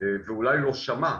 ואולי לא שמע,